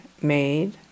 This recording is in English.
made